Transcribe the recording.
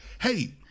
hey